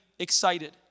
Excited